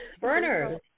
burners